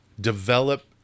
develop